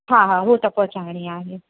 हा हा हूअ त पहुचाइणी आहे